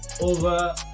over